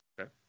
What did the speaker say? Okay